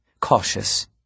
cautious